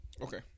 Okay